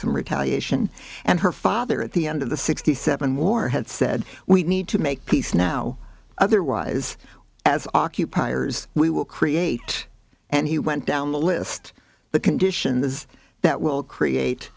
some retaliation and her father at the end of the sixty seven war had said we need to make peace now otherwise as occupiers we will create and he went down the list the conditions that will create